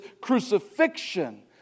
crucifixion